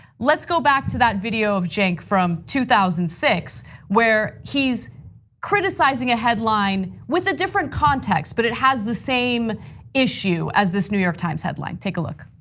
let's go back to that video of cenk from two thousand and six where he's criticizing a headline with a different context but it has the same issue as this new york times headline. take a look.